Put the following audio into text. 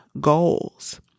goals